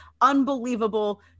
unbelievable